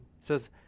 says